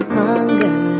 hunger